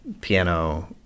piano